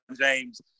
James